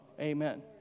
Amen